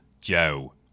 Joe